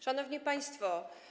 Szanowni Państwo!